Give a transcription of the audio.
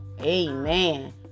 amen